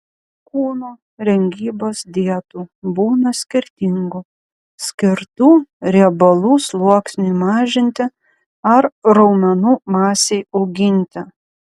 kūno rengybos dietų būna skirtingų skirtų riebalų sluoksniui mažinti ar raumenų masei auginti